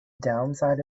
downside